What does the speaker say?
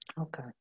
Okay